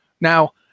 Now